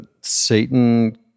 Satan